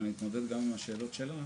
ואני אתמודד גם עם השאלות שלך.